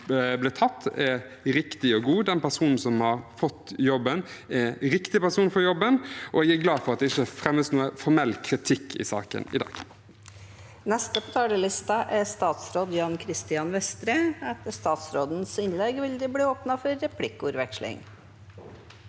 ble tatt, er riktig og god. Den personen som har fått jobben, er riktig person for jobben, og jeg er glad for at det ikke fremmes noen formell kritikk i saken i dag.